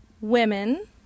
women